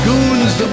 Goons